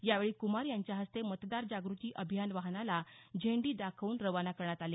यावेळी क्मार यांच्या हस्ते मतदार जागृती अभियान वाहनाला झेंडी दाखवून रवाना करण्यात आले